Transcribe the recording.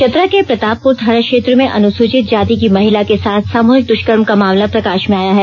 चतरा के प्रतापपुर थाना क्षेत्र में अनुसूचित जाति की महिला के साथ सामूहिक दुष्कर्म का मामला प्रकाश में आया है